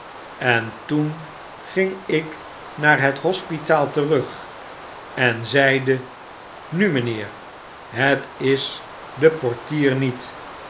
en toen ging ik naar het hospitaal terug en zeide nu mijnheer het is de portier niet